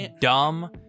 dumb